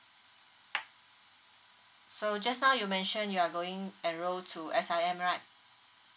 so just now you mention you are going enroll to S_I_M right